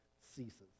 ceases